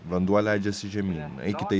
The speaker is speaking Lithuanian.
vanduo leidžiasi žemyn eikite